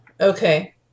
Okay